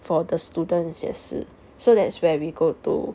for the students 也是 so that's where we go to